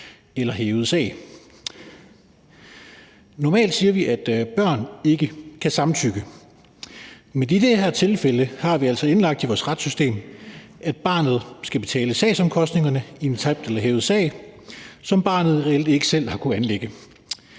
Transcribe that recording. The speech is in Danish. eller hævet sag. Normalt siger vi, at børn ikke kan samtykke, men i det her tilfælde har vi altså indlagt i vores retssystem, at barnet skal betale sagsomkostningerne i en tabt eller hævet sag, som barnet reelt ikke selv har kunnet anlægge.